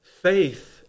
faith